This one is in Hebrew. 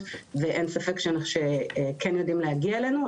ואין ספק שכן יודעים להגיע אלינו.